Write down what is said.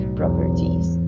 properties